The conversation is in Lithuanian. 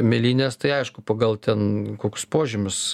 mėlynes tai aišku pagal ten koks požymis